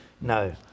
No